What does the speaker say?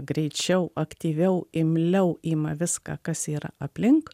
greičiau aktyviau imliau ima viską kas yra aplink